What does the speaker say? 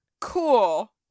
Cool